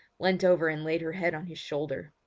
leant over and laid her head on his shoulder.